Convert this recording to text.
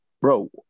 Bro